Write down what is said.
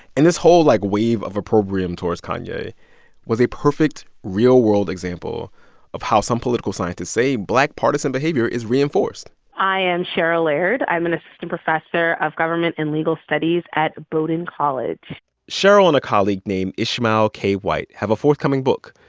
and this whole, like, wave of opprobrium towards kanye was a perfect real-world example of how some political scientists say black partisan behavior is reinforced i am chryl ah laird. i'm an assistant professor of government and legal studies at bowdoin college chryl ah and a colleague named ismail k. white have a forthcoming book.